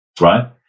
right